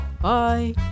Bye